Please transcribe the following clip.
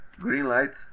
Greenlight